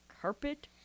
carpet